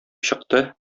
чыкты